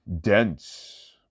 Dense